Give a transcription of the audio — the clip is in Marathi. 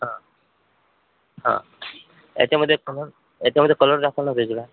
हा हा ह्याच्यामध्ये कलर ह्याच्यामध्ये कलर दाखवा ना वेगळा